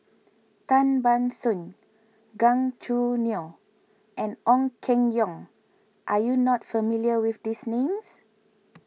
Tan Ban Soon Gan Choo Neo and Ong Keng Yong are you not familiar with these names